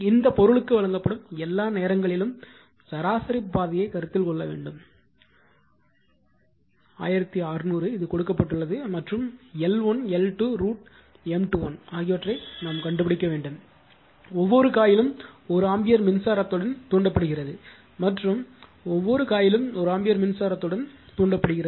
இந்த பொருளுக்கு வழங்கப்படும் எல்லா நேரங்களிலும் சராசரி பாதையை கருத்தில் கொள்ள வேண்டும் 1600 இது கொடுக்கப்பட்டுள்ளது மற்றும் L1 L2 √ M21 ஆகியவற்றைக் கண்டுபிடிக்க வேண்டும் ஒவ்வொரு காயிலும் 1 ஆம்பியர் மின்சாரத்துடன் தூண்டப்படுகிறது மற்றும் ஒவ்வொரு காயிலும் 1 ஆம்பியர் மின்சாரத்துடன் தூண்டப்படுகிறது